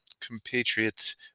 compatriots